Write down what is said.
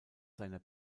seiner